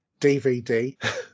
DVD